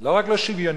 לא רק לא שוויוני,